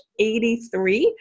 83